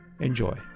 enjoy